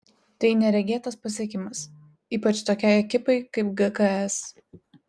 tai neregėtas pasiekimas ypač tokiai ekipai kaip gks